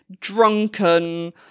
drunken